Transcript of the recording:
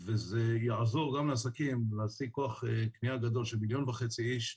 הדבר הזה יעזור גם לעסקים להשיג כוח קנייה גדול של מיליון וחצי איש,